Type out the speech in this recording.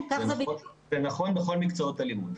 זה נכון בכל מקצועות הלימוד.